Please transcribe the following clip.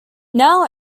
now